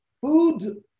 food